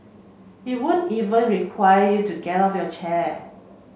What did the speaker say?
it won't even require you to get out of your chair